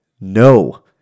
no